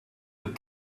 that